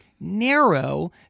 narrow